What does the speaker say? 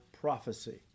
prophecy